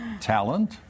talent